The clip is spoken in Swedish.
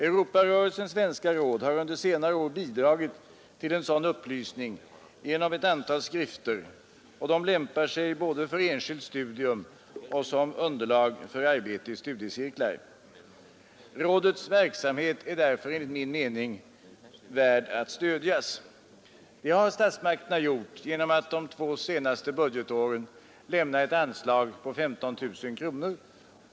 Europarörelsens svenska råd har under senare år bidragit till sådan upplysning genom ett antal skrifter, vilka lämpar sig både för enskilt studium och underlag för arbete i studiecirklar. Rådets verksamhet är därför enligt min mening värd att stödjas. Det har statsmakterna gjort genom att de två senaste budgetåren lämna ett anslag på 15 000 kronor.